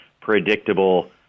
predictable